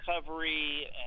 recovery